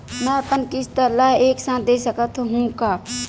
मै अपन किस्त ल एक साथ दे सकत हु का?